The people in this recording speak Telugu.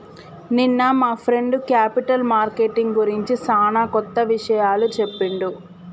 నిన్న మా ఫ్రెండ్ క్యాపిటల్ మార్కెటింగ్ గురించి సానా కొత్త విషయాలు చెప్పిండు